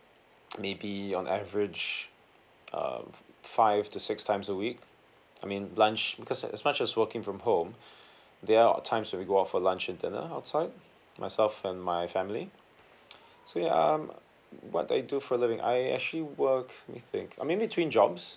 maybe on average uh five to six times a week I mean lunch because as much as working from home they are times where we go out for lunch and dinner outside myself and my family so ya um what I do for a living I actually work let me think I'm in between jobs